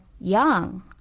young